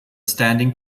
standing